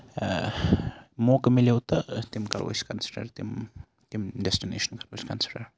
آ موقعہٕ مِلیو تہٕ تِم کرو أسۍ کَنسِڈر تِم تِم ڈیسٹِنشنہٕ کرو أسۍ کَنسِڈر